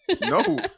No